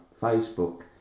Facebook